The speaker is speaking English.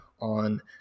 on